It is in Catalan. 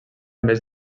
més